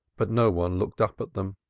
but no one looked up at them.